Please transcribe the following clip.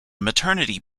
maternity